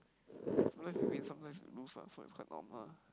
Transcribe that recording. sometimes you win sometimes you lose lah so it's quite normal ah